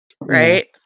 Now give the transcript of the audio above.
Right